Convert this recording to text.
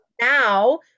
now